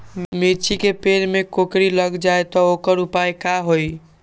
मिर्ची के पेड़ में कोकरी लग जाये त वोकर उपाय का होई?